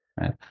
right